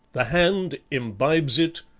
the hand imbibes it,